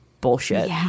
bullshit